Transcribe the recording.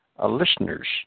listeners